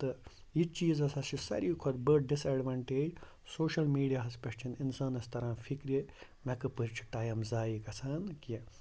تہٕ یہِ چیٖز ہسا چھُ ساروی کھۄتہٕ بٔڑ ڈِس اٮ۪ڈوَنٹیج سوشَل میٖڈیاہَس پٮ۪ٹھ چھِنہٕ اِنسانَس تران فِکرِ مےٚ کَپٲرۍ چھُ ٹایم مےٚ کَپٲرۍ چھُ ٹایم ضایعہ گژھان کہِ